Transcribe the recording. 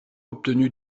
obtenu